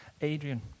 Adrian